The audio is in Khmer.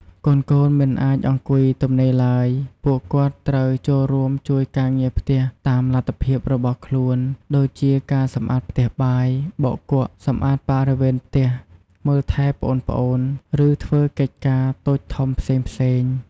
កូនៗមិនអាចអង្គុយទំនេរឡើយ ពួកគាត់ត្រូវ ចូលរួមជួយការងារផ្ទះ តាមលទ្ធភាពរបស់ខ្លួន ដូចជាការសម្អាតផ្ទះបាយ បោកគក់ សម្អាតបរិវេណផ្ទះ មើលថែប្អូនៗ ឬធ្វើកិច្ចការតូចធំផ្សេងៗ។